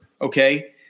Okay